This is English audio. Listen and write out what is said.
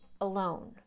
alone